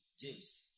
James